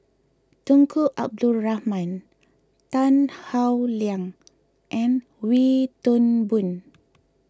Tunku Abdul Rahman Tan Howe Liang and Wee Toon Boon